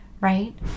Right